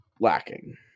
lacking